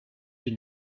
une